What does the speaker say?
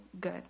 good